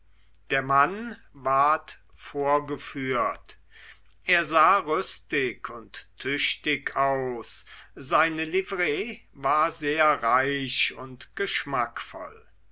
der mann ward vorgeführt er sah rüstig und tüchtig aus seine livree war sehr reich und geschmackvoll